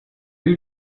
eut